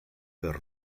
per